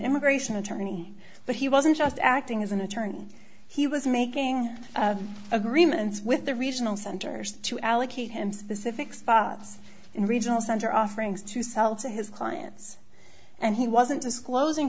immigration attorney but he wasn't just acting as an attorney he was making agreements with the regional centers to allocate him specific spots in regional center offerings to sell to his clients and he wasn't disclosing